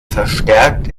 verstärkt